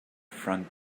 front